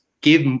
give